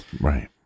Right